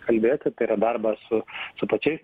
kalbėti tai yra darbas su pačiais